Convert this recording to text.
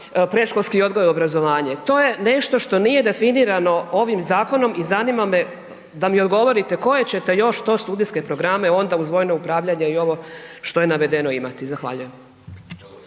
predškolski odgoj i obrazovanje. To je nešto što nije definirano ovim zakonom i zanima me da mi odgovorite koje ćete još to studijske programe onda uz vojno upravljanje i ovo što je navedeno, imati? Zahvaljujem.